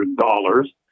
dollars